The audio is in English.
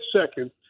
second